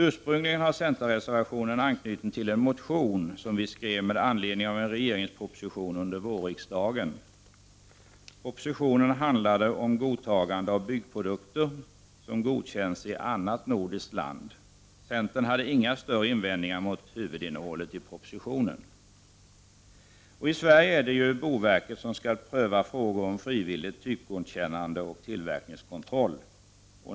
Ursprungligen har centerreservationen anknytning till en motion som vi skrev med anledning av en regeringsproposition under vårriksdagen. Propositionen handlade om godtagande av byggprodukter som godkänts i annat nordiskt land. Centern hade inga större invändningar mot huvudinnehållet i propositionen. I Sverige är det boverket som skall pröva frågor om frivilligt typgodkännande och tillverkningskontroll.